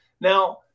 Now